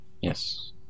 Yes